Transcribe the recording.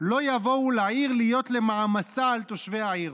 לא יבואו לעיר להיות למעמסה על תושבי העיר,